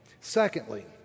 Secondly